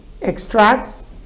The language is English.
extracts